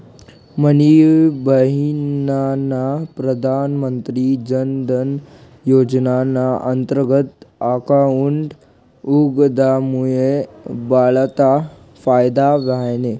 मनी बहिनना प्रधानमंत्री जनधन योजनाना अंतर्गत अकाउंट उघडामुये भलता फायदा व्हयना